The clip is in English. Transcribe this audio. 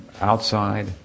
outside